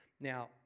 Now